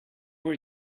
were